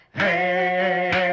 hey